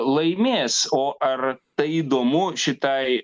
laimės o ar tai įdomu šitai